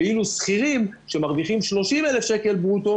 ואילו שכירים שמרוויחים 30,000 שקלים ברוטו